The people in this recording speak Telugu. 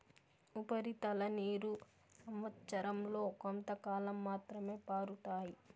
ఉపరితల నీరు సంవచ్చరం లో కొంతకాలం మాత్రమే పారుతాయి